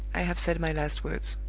i have said my last words.